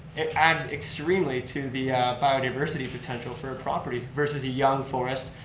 it adds extremely to the biodiversity potential for a property versus a young forest,